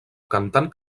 cantant